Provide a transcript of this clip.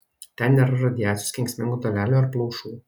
ten nėra radiacijos kenksmingų dalelių ar plaušų